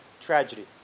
tragedy